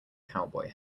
cowboy